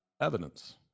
evidence